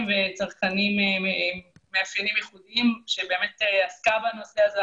וצרכנים עם מאפיינים ייחודיים שעסקה בנושא הזה.